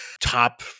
top